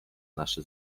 nasze